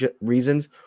reasons